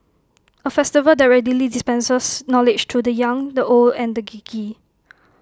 A festival that readily dispenses knowledge to the young the old and the geeky